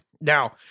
Now